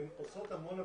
הן עושות המון עבודה,